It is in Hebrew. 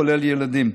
כולל ילדים.